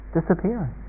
disappearing